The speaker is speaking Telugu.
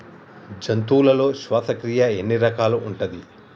జంతువులలో శ్వాసక్రియ ఎన్ని రకాలు ఉంటది?